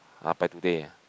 ah by today ah